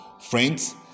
Friends